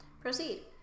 Proceed